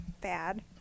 Bad